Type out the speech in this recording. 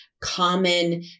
common